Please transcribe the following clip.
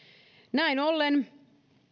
näin ollen